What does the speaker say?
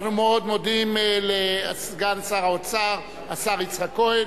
אנחנו מאוד מודים לסגן שר האוצר, השר יצחק כהן.